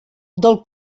del